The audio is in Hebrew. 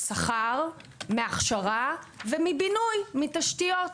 משכר, מהכשרה ומבינוי מתשתיות,